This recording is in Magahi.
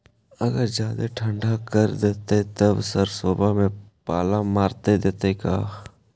अगर जादे ठंडा कर देतै तब सरसों में पाला मार देतै का?